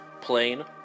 plane